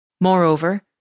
Moreover